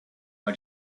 our